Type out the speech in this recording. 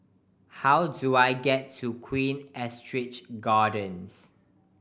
how do I get to Queen Astrid Gardens